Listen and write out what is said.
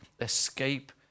escape